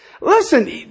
listen